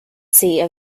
seat